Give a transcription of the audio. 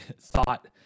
thought